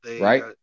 Right